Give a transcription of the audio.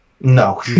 no